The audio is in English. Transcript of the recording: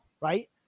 right